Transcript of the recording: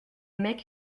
mecs